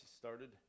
started